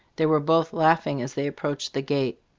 they were both laughing as they approached the gate.